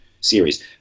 series